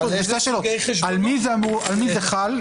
על מי זה חל?